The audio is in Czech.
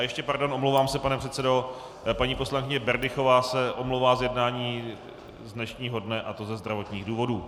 Ještě pardon, omlouvám se, pane předsedo paní poslankyně Berdychová se omlouvá z jednání z dnešního dne, a to ze zdravotních důvodů.